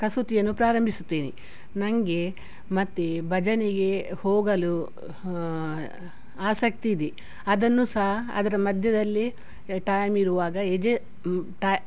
ಕಸೂತಿಯನ್ನು ಪ್ರಾರಂಭಿಸುತ್ತೇನೆ ನನಗೆ ಮತ್ತು ಭಜನೆಗೆ ಹೋಗಲು ಆಸಕ್ತಿ ಇದೆ ಅದನ್ನು ಸಹ ಅದರ ಮಧ್ಯದಲ್ಲಿ ಟೈಮ್ ಇರುವಾಗ ಎಜೆ ಟೈ